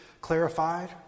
clarified